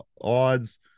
odds